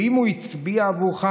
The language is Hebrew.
ואם הוא הצביע עבורך,